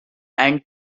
and